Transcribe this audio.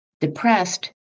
Depressed